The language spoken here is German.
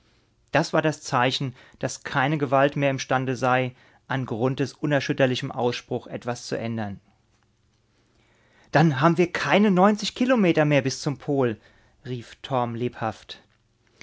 das war das zeichen daß keine gewalt mehr imstande sei an grunthes unerschütterlichem ausspruch etwas zu ändern dann haben wir keine neunzig kilometer mehr bis zum pol rief torm lebhaft